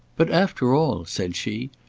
but after all, said she,